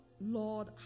Lord